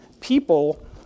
people